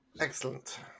excellent